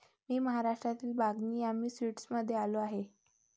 मी महाराष्ट्रातील बागनी यामी स्वीट्समध्ये आलो आहे